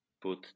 put